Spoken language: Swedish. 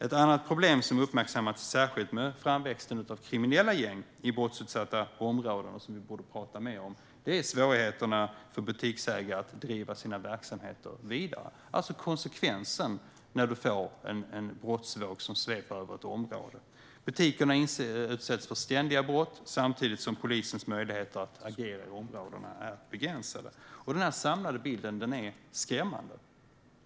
Ett annat problem som har uppmärksammats särskilt med framväxten av kriminella gäng i brottsutsatta områden, som vi borde prata mer om, är svårigheterna för butiksägare att driva sina verksamheter vidare, alltså konsekvensen av en brottsvåg som sveper över ett område. Butikerna utsätts för ständiga brott samtidigt som polisens möjligheter att agera i områdena är begränsade. Den samlade bilden är skrämmande.